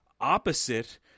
opposite